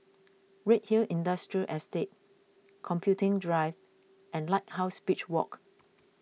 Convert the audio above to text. Redhill Industrial Estate Computing Drive and Lighthouse Beach Walk